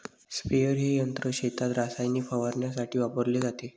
sprayer हे यंत्र शेतात रसायने फवारण्यासाठी वापरले जाते